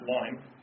line